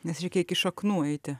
nes reikia iki šaknų įeiti